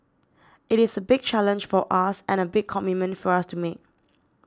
it is a big challenge for us and a big commitment for us to make